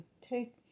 take